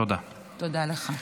תודה לך.